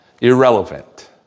Irrelevant